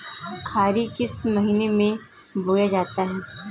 खीरा किस महीने में बोया जाता है?